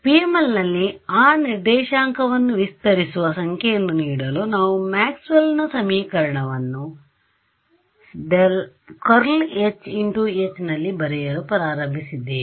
ಆದ್ದರಿಂದ PMLನಲ್ಲಿ ಆ ನಿರ್ದೇಶಾಂಕವನ್ನು ವಿಸ್ತರಿಸುವ ಸಂಖ್ಯೆಯನ್ನು ನೀಡಲು ನಾವು ಮ್ಯಾಕ್ಸ್ ವೆಲ್ Maxwell's ನ ಸಮೀಕರಣಗಳನ್ನು ∇h × H ನಲ್ಲಿ ಬರೆಯಲು ಪ್ರಾರಂಭಿಸಿದ್ದೇವೆ